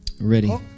Ready